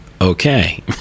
okay